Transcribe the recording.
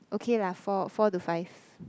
okay lah four four to five